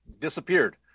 Disappeared